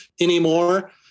anymore